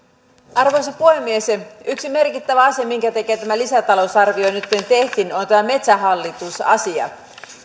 arvoisa puhemies yksi merkittävä asia minkä takia tämä lisätalousarvio nytten tehtiin on tämä metsähallitus asia